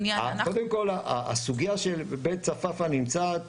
קודם כל, הסוגיה של בית צפאפא נמצאת.